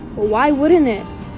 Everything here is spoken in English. why wouldnt it?